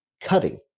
cutting